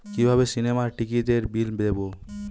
কিভাবে সিনেমার টিকিটের বিল দেবো?